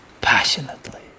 passionately